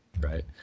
right